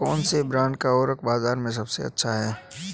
कौनसे ब्रांड का उर्वरक बाज़ार में सबसे अच्छा हैं?